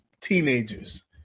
teenagers